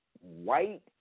White